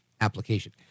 application